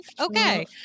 okay